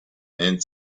and